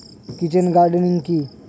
Kitchen gardening কি?